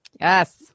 Yes